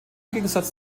gegensatz